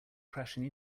crashing